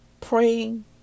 Praying